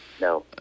No